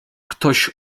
ktoś